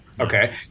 okay